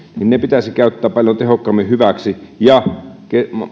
pitäisi käyttää paljon tehokkaammin hyväksi ja